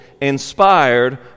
inspired